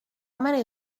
many